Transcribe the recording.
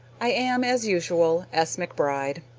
i am, as usual, s. mcbride.